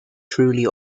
truly